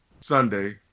Sunday